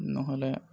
নহ'লে